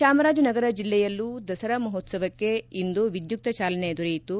ಚಾಮರಾಜನಗರ ಜಿಲ್ಲೆಯಲ್ಲೂ ದಸರಾ ಮಹೋತ್ಸವಕ್ಕೆ ಇಂದು ವಿದ್ದುಕ್ತ ಚಾಲನೆ ದೊರೆಯಿತು